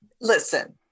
Listen